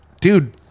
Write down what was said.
dude